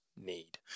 need